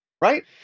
Right